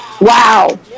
wow